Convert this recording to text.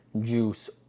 juice